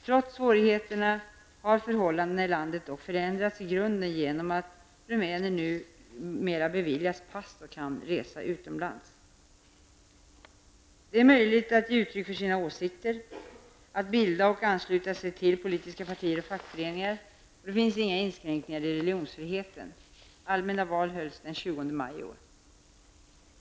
Trots svårigheterna har förhållandena i landet dock förändrats i grunden genom att rumäner numera beviljas pass och kan resa utomlands. Det är möjligt att ge uttryck för sina åsikter, att bilda och ansluta sig till politiska partier och fackföreningar och det finns inga inskränkningar i religionsfriheten. Allmänna val hölls den 20 maj i år.